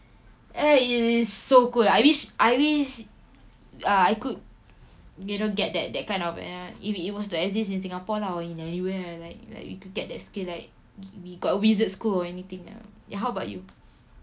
eh it is so good I wish I wish uh I could you know get that that kind of uh if it was to exist in singapore lah or in anywhere like like you could get that skill like we got a wizard school or anything ya how about you